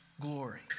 glory